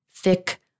thick